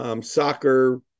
soccer